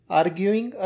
arguing